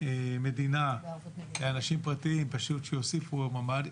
מדינה לאנשים פרטיים שיוסיפו ממ"ד.